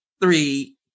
three